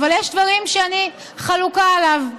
אבל יש דברים שאני חלוקה עליו,